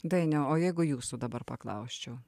dainiau o jeigu jūsų dabar paklausčiau